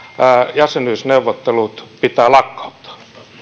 jäsenyysneuvottelut pitää lakkauttaa